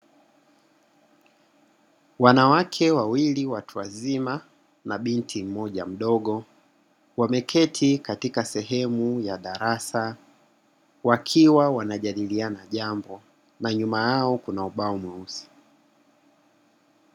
Wanawake wawili watu wazima, na binti mmoja mdogo, wameketi katika sehemu ya darasa, wakiwa wanajadiliana jambo na nyuma yao kuna ubao mweusi.